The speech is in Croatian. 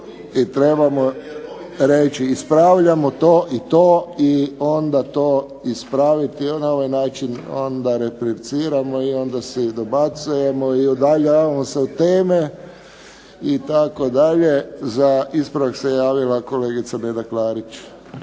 trebamo reći ispravljamo to i to i onda to ispraviti. Na ovaj način onda repliciramo i onda si dobacujemo i udaljavamo se od teme itd. Za ispravak se javila kolegica Neda Klarić.